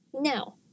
Now